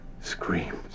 screams